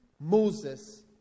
Moses